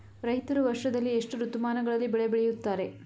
ರೈತರು ವರ್ಷದಲ್ಲಿ ಎಷ್ಟು ಋತುಮಾನಗಳಲ್ಲಿ ಬೆಳೆ ಬೆಳೆಯುತ್ತಾರೆ?